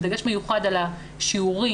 בדגש מיוחד על השיעורים,